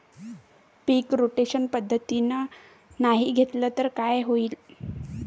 पीक rotation पद्धतीनं नाही घेतलं तर काय होईन?